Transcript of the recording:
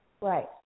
Right